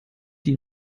die